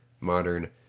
modern